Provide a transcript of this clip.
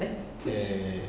ya ya ya ya